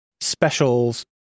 specials